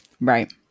right